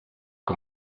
que